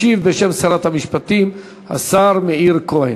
ישיב בשם שרת המשפטים השר מאיר כהן,